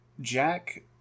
jack